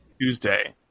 Tuesday